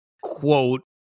quote